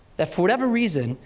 that for whatever reason,